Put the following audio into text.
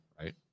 right